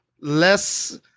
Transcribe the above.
less